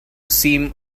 seem